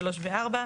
3 ו-4,